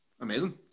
Amazing